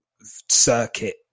circuit